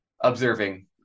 observing